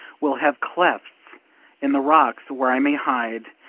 will have clefts in the rocks where i may hide,